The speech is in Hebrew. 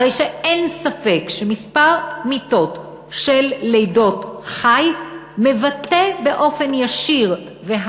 הרי שאין ספק שמספר מיתות בלידות חי מבטא באופן ישיר את